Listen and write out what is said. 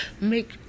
make